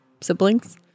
siblings